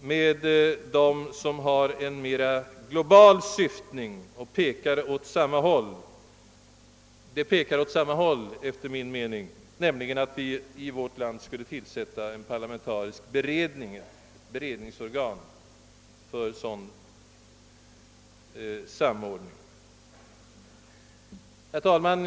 med dem som har en mer global syftning, är det angeläget att vårt land tillsätter ett parlamentariskt beredningsorgan för bl.a. sådan samordning. Herr talman!